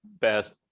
best